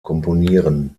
komponieren